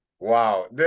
Wow